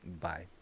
bye